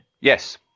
Yes